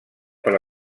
per